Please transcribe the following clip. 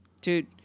Dude